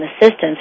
assistance